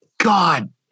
God